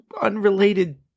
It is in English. unrelated